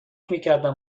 میکردم